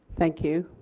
thank you.